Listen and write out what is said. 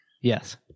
Yes